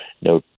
no